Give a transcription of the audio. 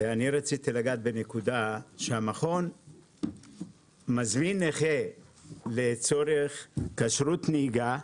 רציתי לגעת בנקודה שהמכון מזמין נכה לצורך כשרות נהיגה,